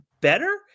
better